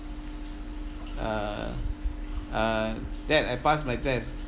uh uh dad I passed my test